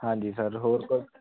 ਹਾਂਜੀ ਸਰ ਹੋਰ ਕੁਛ